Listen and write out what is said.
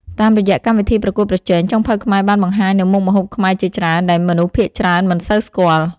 តាមរយៈកម្មវិធីប្រកួតប្រជែង ចុងភៅខ្មែរបានបង្ហាញនូវមុខម្ហូបខ្មែរជាច្រើនដែលមនុស្សភាគច្រើនមិនសូវស្គាល់។